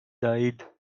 died